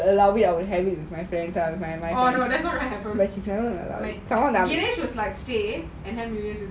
oh that's not going to happen unless it's like say